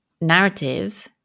narrative